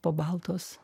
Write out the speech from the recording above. po baltos